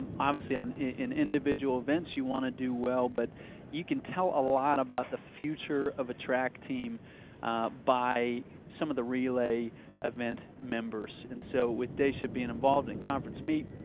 obviously in individual events you want to do well. but you can tell a lot about the future of a track team by some of the relay event members. and so with desha being involved in conference meet,